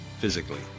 physically